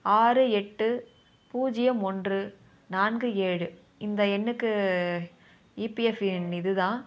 ஆறு எட்டு பூஜ்ஜியம் ஒன்று நான்கு ஏழு இந்த எண்ணுக்கு ஈபிஎஃப் எண் இதுதான்